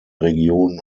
regionen